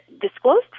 disclosed